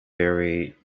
very